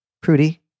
Prudy